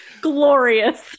glorious